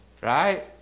Right